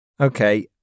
Okay